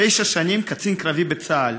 תשע שנים קצין קרבי בצה"ל.